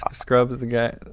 ah scrub is a guy?